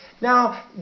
now